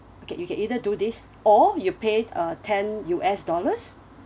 okay you can either do this or you pay uh ten U_S dollars